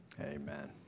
Amen